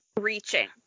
reaching